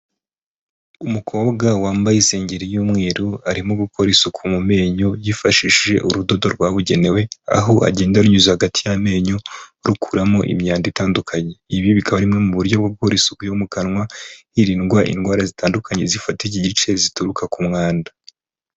Umukobwa wambaye isengegeri y'umweru, arimo gukora isuku mu menyo yifashishije urudodo rwabugenewe, aho agenda arunyuza hagati y'amenyo, rukuramo imyanda itandukanye. Ibi bikaba ari bimwe mu buryo bwo gukora isuku yo mu kanwa, hirindwa indwara zitandukanye zifata iki gice zituruka ku mwanda.